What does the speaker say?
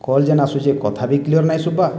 call ଯେନ୍ ଆସୁଚେ କଥା ବି କ୍ଲିଅର୍ ନାଇଁ ଶୁଭ୍ବାର୍